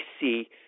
see